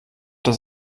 das